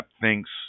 thinks